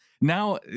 now